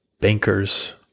bankers